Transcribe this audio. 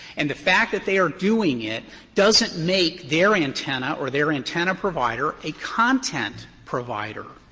and the fact that they are doing it doesn't make their antenna or their antenna provider a content provider.